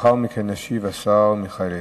לאחר מכן ישיב השר מיכאל איתן.